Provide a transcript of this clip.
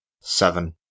Seven